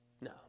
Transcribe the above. No